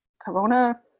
Corona